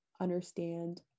understand